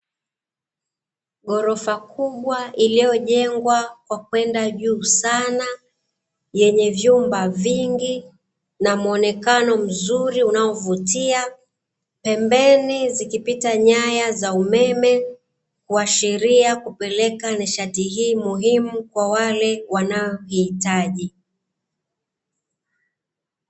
Gorofa kubwa ilio jengwa kwa kwenda juu sana yenye viumba vingi na muonekano mzuri unaovutia. Pembeni zikipita nyaya za umeme kuashiria kupeleka nishati hii muhimu kwa watu wale wanaohitaji.